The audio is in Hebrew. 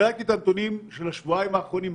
בדקתי את הנתונים של השבועיים האחרונים.